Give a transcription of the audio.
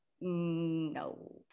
no